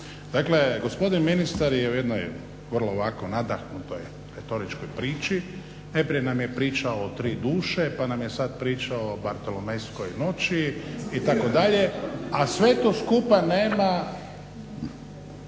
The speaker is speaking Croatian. Dakle, gospodin ministar je u jednoj vrlo ovako nadahnutoj retoričkoj priči, najprije nam je pričao o tri duše, pa nam je sad pričao o Bartolomejskoj noći itd. a sve to skupa nema.